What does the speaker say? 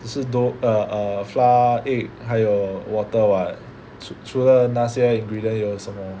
是都 err err flour egg 还有 water [what] 除除了那些 ingredient 有什么